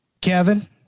Kevin